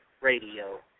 Radio